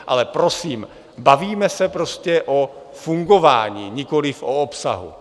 Ale prosím, bavíme se prostě o fungování, nikoliv o obsahu.